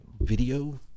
video